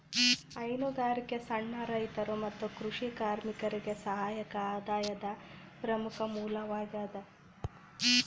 ಹೈನುಗಾರಿಕೆ ಸಣ್ಣ ರೈತರು ಮತ್ತು ಕೃಷಿ ಕಾರ್ಮಿಕರಿಗೆ ಸಹಾಯಕ ಆದಾಯದ ಪ್ರಮುಖ ಮೂಲವಾಗ್ಯದ